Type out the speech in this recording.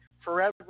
forever